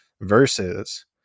versus